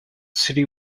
city